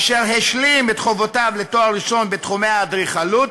אשר השלים את חובותיו לתואר ראשון בתחומי האדריכלות,